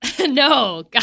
No